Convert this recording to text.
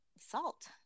salt